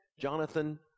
Jonathan